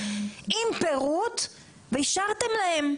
עם פירוט ואישרתם להם.